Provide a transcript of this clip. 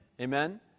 Amen